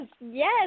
yes